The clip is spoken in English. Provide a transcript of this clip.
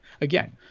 again